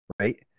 right